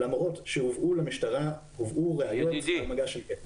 למרות שהובאו למשטרה ראיות על מגש של כסף.